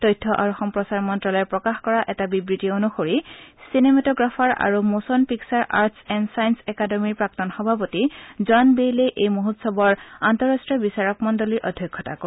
তথ্য আৰু সম্প্ৰচাৰ মন্ত্ৰালয়ে প্ৰকাশ কৰা এটা বিবৃতি অনুসৰি চিনেমোটাগ্ৰাফাৰ আৰু motion picture arts and science একাডেমীৰ প্ৰাক্তন সভাপতি জন বেইলে এই মহোৎসৱৰ আন্তঃৰাষ্ট্ৰীয় বিচাৰকমণ্ডলীৰ আধ্যক্ষতা কৰিব